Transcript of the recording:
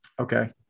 Okay